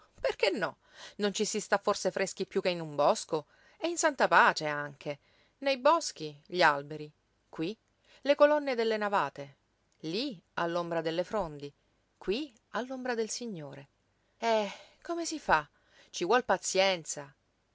perché no non ci si sta forse freschi piú che in un bosco e in santa pace anche nei boschi gli alberi qui le colonne delle navate lí all'ombra delle frondi qui all'ombra del signore eh come si fa ci vuol pazienza